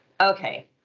Okay